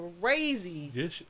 crazy